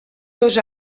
dos